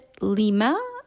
Lima